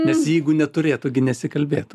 nes jeigu neturėtų gi nesikalbėtų